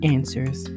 Answers